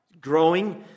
growing